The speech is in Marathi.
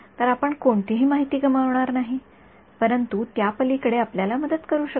तर आपण कोणतीही माहिती गमावणार नाही परंतु त्या पलीकडे आपल्याला मदत करू शकत नाही